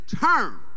turn